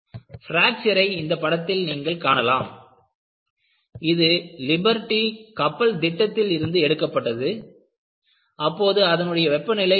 பிராக்ச்சரை இந்த படத்தில் நீங்கள் காணலாம் இது லிபர்டி கப்பல் திட்டத்தில் இருந்து எடுக்கப்பட்டது அப்போது அதனுடைய வெப்பநிலை 4